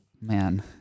man